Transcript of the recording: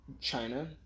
China